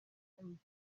from